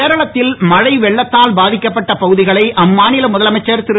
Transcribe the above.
கேரளத்தில் மழை வெள்ளத்தால் பாதிக்கப்பட்ட பகுதிகளை அம்மாநில முதலமைச்சர் திரு